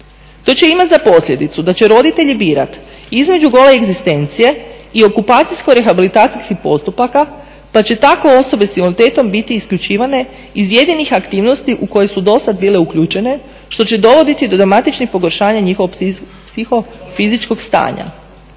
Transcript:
To će imati za posljedicu da će roditelji birati između gole egzistencije i okupacijsko-rehabilitacijskih postupaka pa će tako osobe s invaliditetom biti isključivane iz jedinih aktivnosti u koje su dosad bile uključene što će dovoditi do dramatičnih pogoršanja njihovog psiho-fizičkog stanja.